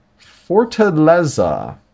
Fortaleza